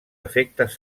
efectes